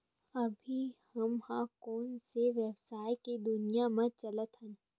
अभी हम ह कोन सा व्यवसाय के दुनिया म चलत हन?